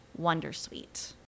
wondersuite